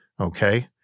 Okay